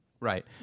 Right